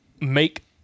make